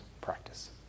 practice